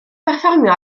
berfformio